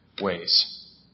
ways